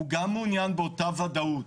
הוא גם מעוניין באותה וודאות.